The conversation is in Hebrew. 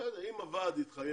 בסדר, אם הוועד יתחייב,